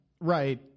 Right